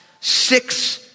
six